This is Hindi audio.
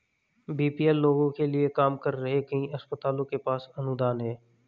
बी.पी.एल लोगों के लिए काम कर रहे कई अस्पतालों के पास अनुदान हैं